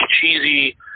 cheesy